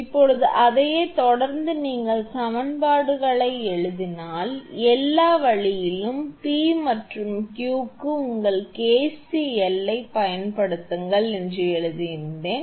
இப்போது அதையே தொடர்ந்து நீங்கள் சமன்பாடுகளை எழுதுங்கள் எல்லா வழியிலும் P மற்றும் Q க்கு உங்கள் KC எல்லைப் பயன்படுத்துங்கள் என்று எழுதினேன்